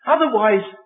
Otherwise